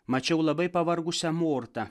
mačiau labai pavargusią mortą